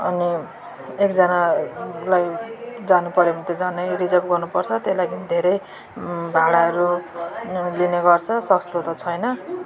अनि एकजनालाई जानुपऱ्यो भने त झनै रिजर्भ गर्नुपर्छ त्यही लागि धेरै भाडाहरू लिने गर्छ सस्तो त छैन